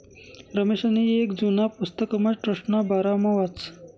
रमेशनी येक जुना पुस्तकमा ट्रस्टना बारामा वाचं